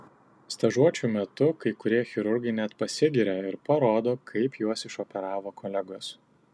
stažuočių metu kai kurie chirurgai net pasigiria ir parodo kaip juos išoperavo kolegos